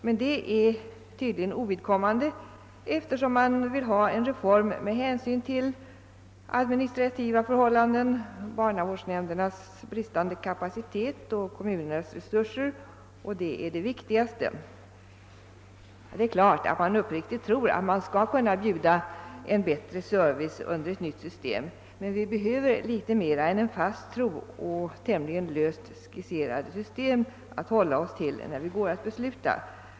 Men det är tydligen ovidkommande, eftersom man vill ha en reform med hänsyn till administrativa förhållanden — barnavårdsnämndernas kapacitet och kommunernas resurser är det viktigaste. Givetvis tror man uppriktigt att man skall kunna bjuda en bättre service under ett nytt system. Vi behöver emellertid litet mer än en fast tro och ett tämligen löst skisserat system att hålla oss till.